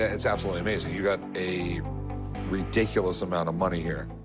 ah it's absolutely amazing. you've got a ridiculous amount of money here.